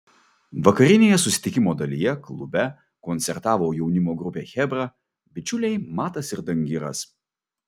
vakarinėje susitikimo dalyje klube koncertavo jaunimo grupė chebra bičiuliai matas ir dangiras